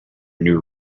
new